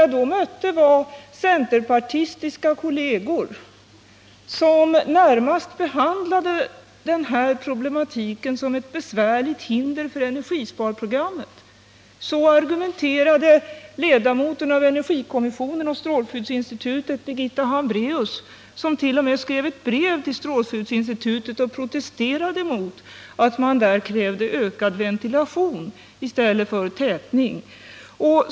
Jag bemöttes då av centerpartistiska kollegor, som närmast behandlade denna problematik som ett besvärligt hinder för energisparprogrammet. Så argumenterade ledamoten av energikommissionen och strålskyddsinstitutet Birgitta Hambraeus, som t.o.m. skrev ett brev till strålskyddsinstitutet och protesterade mot att man där krävde ökad ventilation i stället för tätning.